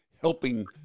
helping